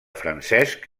francesc